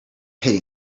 paid